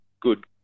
good